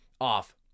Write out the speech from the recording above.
off